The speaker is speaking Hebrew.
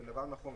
זה דבר נכון.